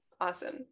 Awesome